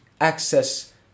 access